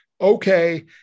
okay